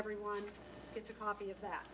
everyone gets a copy of that